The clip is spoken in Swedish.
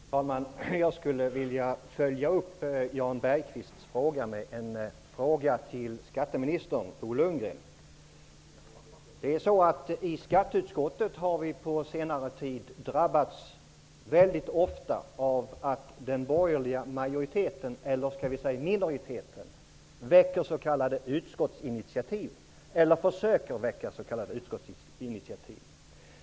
Fru talman! Jag skulle vilja följa upp Jan Bergqvists fråga med en fråga till skatteminister Bo Lundgren. I skatteutskottet har vi på senare tid väldigt ofta drabbats av att den borgerliga majoriteten, eller skall vi säga minoriteten, väcker s.k. utskottsinitiativ, eller rättare sagt försöker väcka sådana.